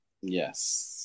yes